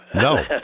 No